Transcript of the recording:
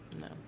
No